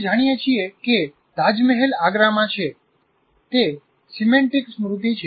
આપણે જાણીએ છીએ કે તાજમહેલ આગ્રામાં છે તે સિમેન્ટીક સ્મૃતિ છે